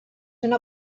una